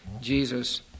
Jesus